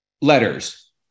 letters